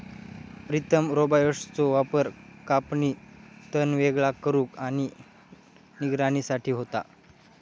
प्रीतम रोबोट्सचो वापर कापणी, तण वेगळा करुक आणि निगराणी साठी होता